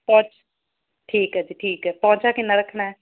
ਪੋਂਚ ਠੀਕ ਹੈ ਜੀ ਠੀਕ ਹੈ ਪੋਂਚਾ ਕਿੰਨਾ ਰੱਖਣਾ ਹੈ